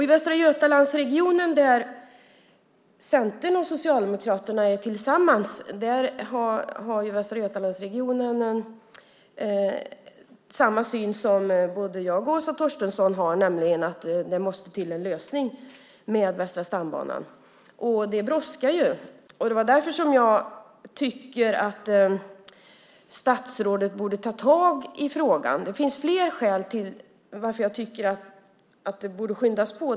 I Västra Götalandsregionen, där Centern och Socialdemokraterna är tillsammans, har man samma syn som både jag och Åsa Torstensson har, nämligen att det måste till en lösning med Västra stambanan. Det brådskar, och det var därför som jag tyckte att statsrådet borde ta tag i frågan. Det finns flera skäl till att jag tycker att det borde skyndas på.